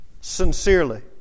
sincerely